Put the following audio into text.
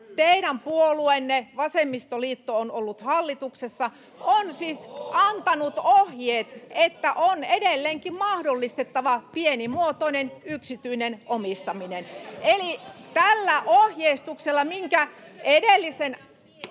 teidän puolueenne, vasemmistoliitto, on ollut hallituksessa, [Perussuomalaisten ryhmästä: Oho!] on siis antanut ohjeet, että on edelleenkin mahdollistettava pienimuotoinen yksityinen omistaminen. Eli tällä ohjeistuksella, mikä edellisen...